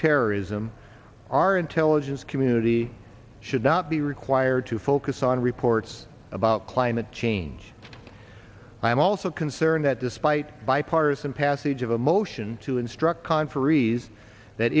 terrorism our intelligence community should not be required to focus on reports about climate change i'm also concerned that despite bipartisan passage of a motion to instruct conferees that